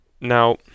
Now